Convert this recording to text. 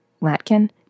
Latkin